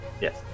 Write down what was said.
Yes